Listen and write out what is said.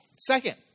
Second